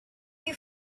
you